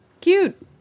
Cute